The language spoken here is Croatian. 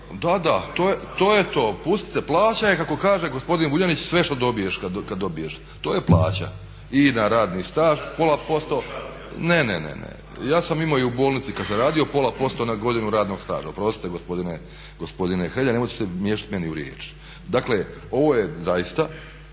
Da, da. To je to, pustite plaća je kako kaže gospodin Vuljanić sve što dobiješ kad dobiješ. To je plaća. I na radni staž pola posto. …/Upadica sa strane, ne razumije se./… Ne, ne, ne. Ja sam imao i u bolnici kad sam radio pola posto na godinu radnog staža, oprostite gospodine Hrelja nemojte se miješati meni u riječ. Dakle, ovo je zaista